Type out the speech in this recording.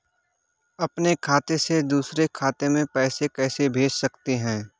अपने खाते से दूसरे खाते में पैसे कैसे भेज सकते हैं?